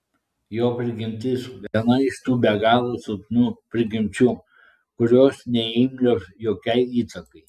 jo prigimtis viena iš tų be galo silpnų prigimčių kurios neimlios jokiai įtakai